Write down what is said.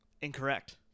Incorrect